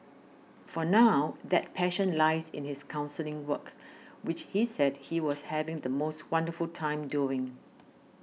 for now that passion lies in his counselling work which he said he was having the most wonderful time doing